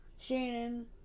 Shannon